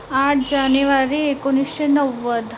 आठ जानेवारी एकोणीसशे नव्वद